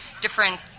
different